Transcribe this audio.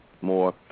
more